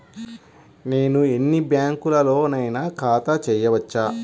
నేను ఎన్ని బ్యాంకులలోనైనా ఖాతా చేయవచ్చా?